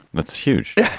that's huge.